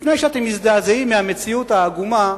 לפני שאתם מזדעזעים מהמציאות העגומה,